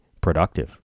productive